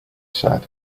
said